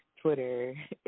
Twitter